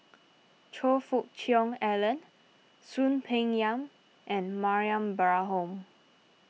Choe Fook Cheong Alan Soon Peng Yam and Mariam Baharom